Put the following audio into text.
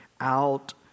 out